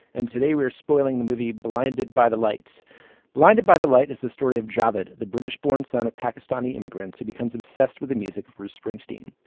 and today we are spoiling the movie blinded by the light blinded by the light is the story of javert the british born son of pakistani immigrants who becomes obsessed with the music of bruce springsteen.